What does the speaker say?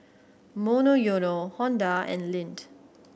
Monoyono Honda and Lindt